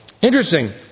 Interesting